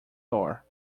door